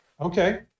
Okay